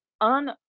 on